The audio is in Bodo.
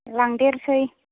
लांदेरनोसै